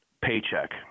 Paycheck